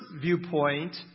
viewpoint